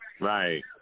Right